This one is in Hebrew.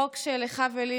חוק שלך ולי,